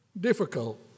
difficult